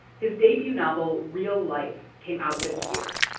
his debut novel real life came out this year,